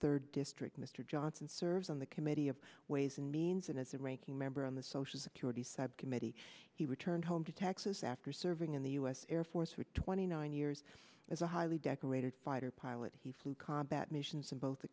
third district mr johnson serves on the committee of ways and means and as a ranking member on the social security subcommittee he returned home to texas after serving in the u s air force for twenty nine years as a highly decorated fighter pilot he flew combat missions in both the